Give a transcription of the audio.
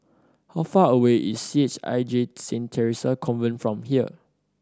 how far away is C H I J Saint Theresa Convent from here